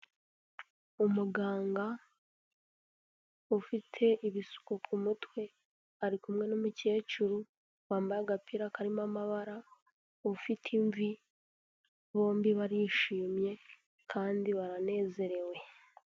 Umuganga ufite ibisuko ku mutwe ari kumwe n'umukecuru wambaye agapira karimo amabara ufite imvi, bombi barishimye kandi baranezerewe.